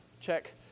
check